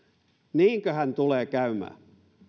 niinköhän tulee käymään